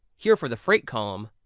here for the freight column.